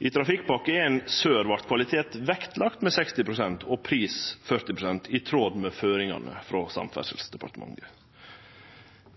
I Trafikkpakke 1 Sør vart kvalitet vektlagt med 60 pst. og pris 40 pst. i tråd med føringane frå Samferdselsdepartementet.